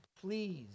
please